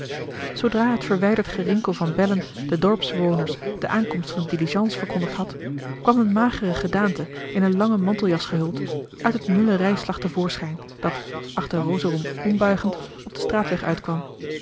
zoodra het verwijderd gerinkel van bellen den dorpsbewoners de aankomst van de diligence verkondigd had kwam een magere gedaante in een lange manteljas gehuld uit het mulle rijslag te voorschijn dat achter rosorum ombuigend op den straatweg uitkwam